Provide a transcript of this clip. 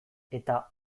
eta